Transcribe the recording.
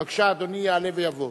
בבקשה, אדוני יעלה ויבוא.